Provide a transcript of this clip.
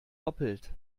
doppelt